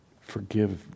forgive